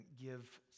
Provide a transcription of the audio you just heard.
give